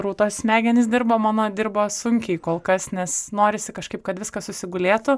rūtos smegenys dirba mama dirba sunkiai kol kas nes norisi kažkaip kad viskas susigulėtų